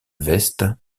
veste